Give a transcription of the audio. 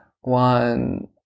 one